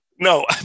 No